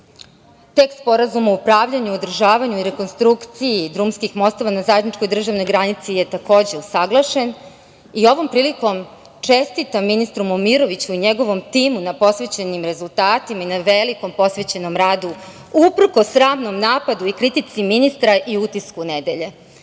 Tekst Sporazuma u pravljenju, održavanju rekonstrukciji drumskih mostova na zajedničkoj državnoj granici je takođe usaglašen. I ovom prilikom čestitam ministru Momiroviću i njegovom timu na postignutim rezultatima i na velikom posvećenom radu, uprkos sramnom napadu i kritici ministra i „Utisku